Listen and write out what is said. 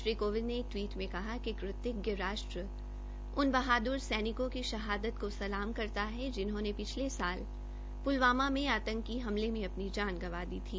श्री कोविंद ने एक टवीट में कहा कि कृतज्ञ राष्ट उन बहाद्र सैनिकों की शहादत को सलाम करता है जिन्होंने पिछले साल पुलवामा में आंतकी हमले में अपनी जान गंवा दी थी